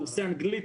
קורסי אנגלית,